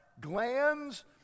glands